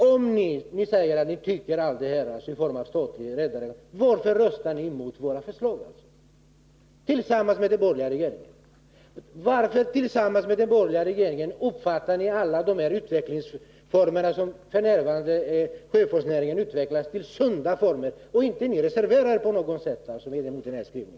Om ni nu säger att ni tycker allt det här om statlig rederiverksamhet, varför röstar ni då mot våra förslag tillsammans med den borgerliga regeringen? Varför uppfattar ni tillsammans med den borgerliga regeringen de former under vilka sjöfartsnäringen nu utvecklas som sunda? Varför reserverar ni er inte på något sätt mot utskottets skrivning?